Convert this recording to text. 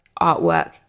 artwork